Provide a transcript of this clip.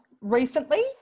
recently